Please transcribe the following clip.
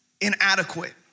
inadequate